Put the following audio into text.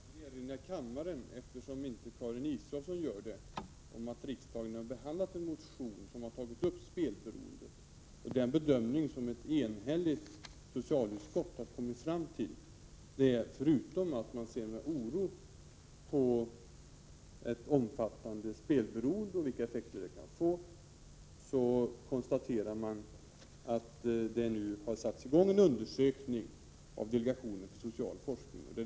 Herr talman! Jag vill erinra kammarens ledamöter, eftersom inte Karin Israelsson gjorde det, om att riksdagen har behandlat en motion där spelberoende tagits upp. Ett enhälligt socialutskott har uttryckt oro över omfattande spelberoende och dess effekter och konstaterar att det har satts i gång en undersökning av delegationen för social forskning.